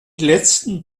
letzten